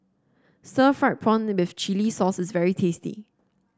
Stir Fried Prawn with Chili Sauce is very tasty